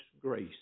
grace